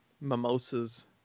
mimosas